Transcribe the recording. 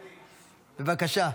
בבקשה,